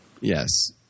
Yes